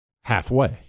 halfway